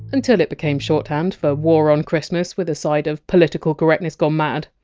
until it became shorthand for war on christmas with a side of political correctness gone mad.